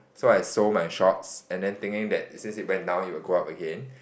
so I sold my shorts and then thinking that since it went down it will go up again